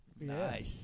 Nice